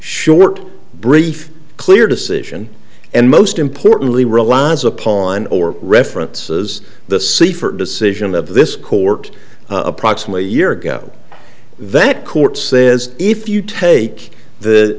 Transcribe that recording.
short brief clear decision and most importantly relies upon or reference as the seaford decision of this court approximately a year ago that court says if you take the